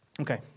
Okay